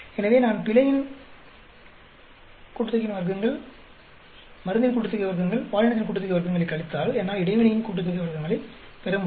எனவே நான் பிழையின் கூட்டுத்தொகையின் வர்க்கங்கள் மருந்தின் கூட்டுத்தொகை வர்க்கங்கள் பாலினத்தின் கூட்டுத்தொகை வர்க்கங்களை கழித்தால் என்னால் இடைவினையின் கூட்டுத்தொகை வர்க்கங்களை பெற முடியும்